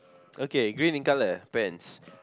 okay green in color pants